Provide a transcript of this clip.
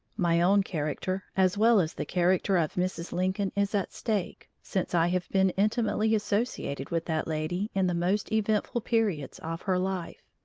my own character, as well as the character of mrs. lincoln, is at stake, since i have been intimately associated with that lady in the most eventful periods of her life.